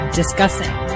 discussing